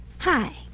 Hi